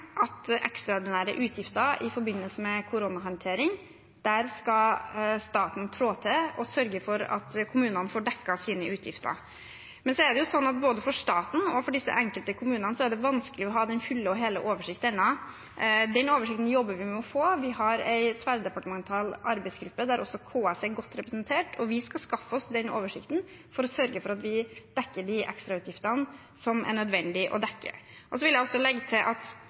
at når det gjelder ekstraordinære utgifter i forbindelse med koronahåndtering, skal staten trå til og sørge for at kommunene får dekket sine utgifter. Men så er det jo sånn at både for staten og for de enkelte kommunene er det vanskelig å ha den fulle og hele oversikt ennå. Den oversikten jobber vi med å få. Vi har en tverrdepartemental arbeidsgruppe, der også KS er godt representert, og vi skal skaffe oss den oversikten for å sørge for at vi dekker de ekstrautgiftene som det er nødvendig å dekke. Så vil jeg legge til at